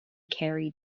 kerry